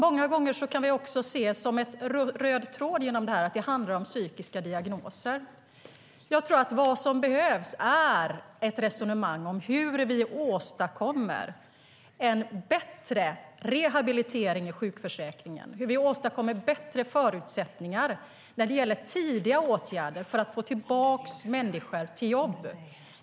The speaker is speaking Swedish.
Många gånger har vi sett som en röd tråd att det handlar om psykiska diagnoser. Vad som behövs är ett resonemang om hur vi åstadkommer en bättre rehabilitering i sjukförsäkringen, hur vi åstadkommer bättre förutsättningar när det gäller tidiga åtgärder för att få tillbaka människor till jobb.